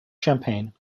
champagne